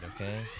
okay